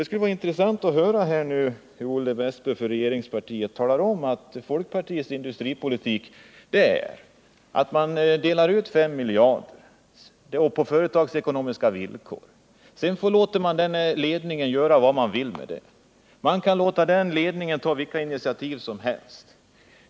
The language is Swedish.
Det skulle vara intressant att få höra Olle Wästberg för regeringspartiet räkning redovisa hur partiet i sin industripolitik tänker sig att dela ut fem miljarder på företagsekonomiska villkor men sedan låter företagsledningen göra vad den vill med dessa medel. Den får ta vilka initiativ som helst.